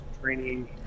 training